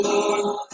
Lord